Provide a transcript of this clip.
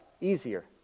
easier